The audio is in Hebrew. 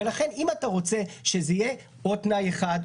ולכן אם אתה רוצה שזה יהיה או תנאי אחד,